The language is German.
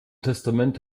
testament